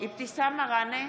אבתיסאם מראענה,